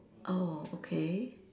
oh okay